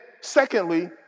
secondly